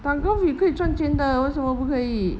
打 golf 有可以赚钱的为什么不可以